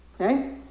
okay